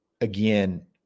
again